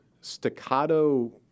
staccato